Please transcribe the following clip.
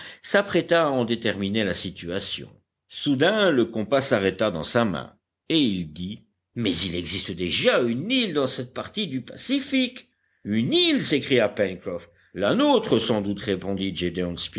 s'apprêta à en déterminer la situation soudain le compas s'arrêta dans sa main et il dit mais il existe déjà une île dans cette partie du pacifique une île s'écria pencroff la nôtre sans doute répondit